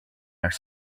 are